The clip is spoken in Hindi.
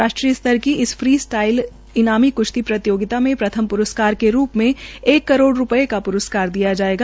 राष्ट्रीय स्तर की इस फ्री स्टाईल ईनामी कृश्ती प्रतियोगिता में प्रथम रस्कार के रू में एक करोड़ रू ये का ्रस्कार दिया जायेगा